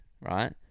right